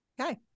Okay